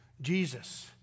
Jesus